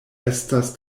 estas